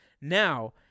Now